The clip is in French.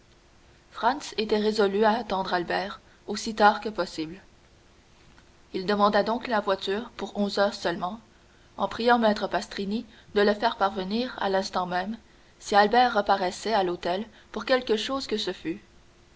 était résolu à attendre albert aussi tard que possible il demanda donc la voiture pour onze heures seulement en priant maître pastrini de le faire prévenir à l'instant même si albert reparaissait à l'hôtel pour quelque chose que ce fût